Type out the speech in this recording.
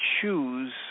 choose